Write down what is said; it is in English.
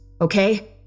okay